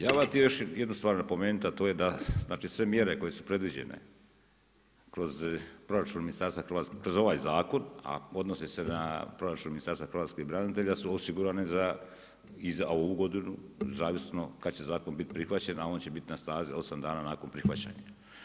Ja bi htio još jednu stvar napomenuti, a to je da znači sve mjere koje su predviđene, kroz proračun ministarstva, kroz ovaj zakon, a odnosi se na proračun Ministarstva hrvatskih branitelja, su osigurane i za ovu godinu, zavisno, kada će zakon biti prihvaćen, a on će biti na snazi 8 dana nakon prihvaćenja.